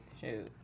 Shoot